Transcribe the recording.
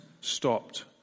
stopped